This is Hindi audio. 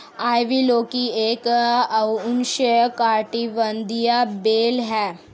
आइवी लौकी एक उष्णकटिबंधीय बेल है